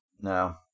No